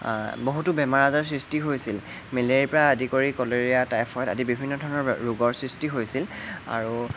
বহুতো বেমাৰ আজাৰ সৃষ্টি হৈছিল মেলেৰিয়াৰ পৰা আদি কৰি কলেৰা টাইফয়ড আদি বিভিন্ন ধৰণৰ ৰোগৰ সৃষ্টি হৈছিল আৰু